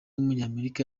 w’umunyamerika